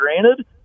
granted